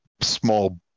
small